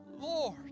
Lord